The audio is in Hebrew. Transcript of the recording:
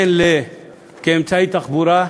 הן כאמצעי תחבורה,